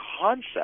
concept